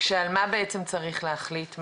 כשעל מה בעצם צריך להחליט?